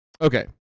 Okay